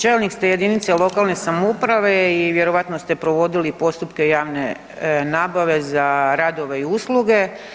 Čelnik ste jedinice lokalne samouprave i vjerojatno ste provodili postupke javne nabave za radove i usluge.